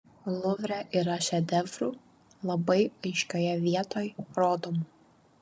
luvre yra šedevrų labai aiškioje vietoj rodomų